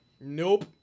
Nope